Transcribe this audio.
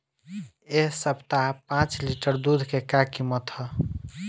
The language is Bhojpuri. एह सप्ताह पाँच लीटर दुध के का किमत ह?